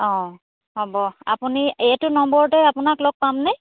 অঁ হ'ব আপুনি এইটো নম্বৰতে আপোনাক লগ পামনে